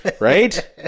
right